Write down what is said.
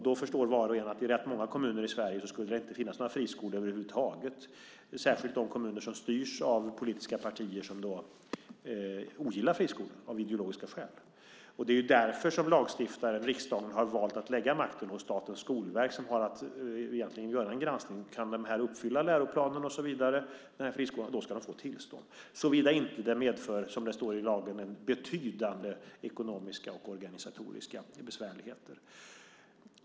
Då förstår var och en att det i rätt många kommuner i Sverige skulle det inte finnas några friskolor över huvud taget, särskilt i de kommuner som styrs av politiska partier som ogillar friskolor av ideologiska skäl. Det är därför som lagstiftaren, riksdagen, har valt att lägga makten hos Statens skolverk som har att göra en granskning. Om friskolan uppfyller läroplanen ska den få tillstånd, såvida det inte medför betydande ekonomiska och organisatoriska besvärligheter, som det står i lagen.